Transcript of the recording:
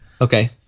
Okay